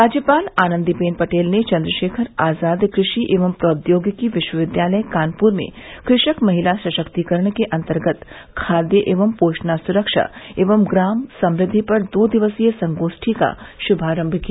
राज्यपाल आनन्दीबेन पटेल ने चन्द्रशेखर आजाद कृषि एवं प्रौद्योगिकी विश्वविद्यालय कानपुर में कृषक महिला सशक्तिकरण के अन्तर्गत खाद्य एवं पोषणा सुरक्षा एवं ग्राम समृद्धि पर दो दिवसीय संगोष्ठी का शुभारम्भ किया